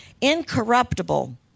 incorruptible